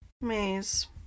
maze